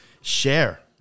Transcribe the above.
Share